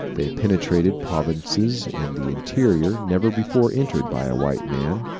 they penetrated provinces in the interior never before entered by a white man,